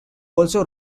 also